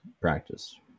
practice